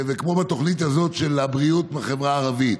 כמו בתוכנית הזאת של הבריאות בחברה הערבית,